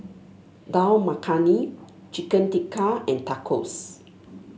Dal Makhani Chicken Tikka and Tacos